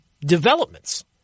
developments